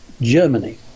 Germany